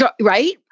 right